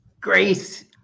Grace